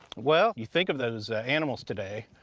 well, you think of those animals today,